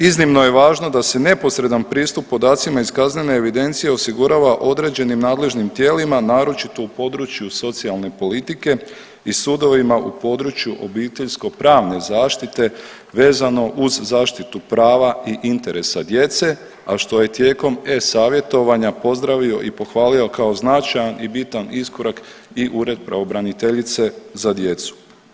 Iznimno je važno da se neposredan pristup podacima iz kaznene evidencije osigurava određenim nadležnim tijelima naročito u području socijalne politike i sudovima u području obiteljsko pravne zaštite vezano uz zaštitu prava i interesa djece, a što je tijekom e-savjetovanja pozdravio i pohvalio kao značajan i bitan iskorak i Ured pravobraniteljice za djecu.